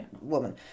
woman